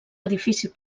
edifici